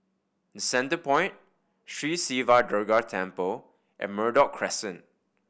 Centrepoint Sri Siva Durga Temple and Merbok Crescent